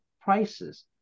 prices